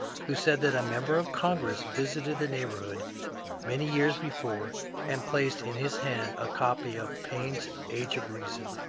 who said that a member of congress visited the neighbourhood many years before and placed in his hand a copy of paine's age of reason,